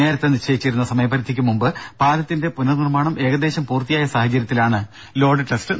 നേരത്തെ നിശ്ചയിച്ചിരുന്ന സമയപരിധിക്ക് മുമ്പ് പാലത്തിന്റെ പുനർ നിർമ്മാണം ഏകദേശം പൂർത്തിയായ സാഹചര്യത്തിലാണ് ലോഡ് ടെസ്റ്റ്